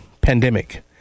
pandemic